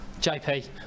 JP